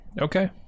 okay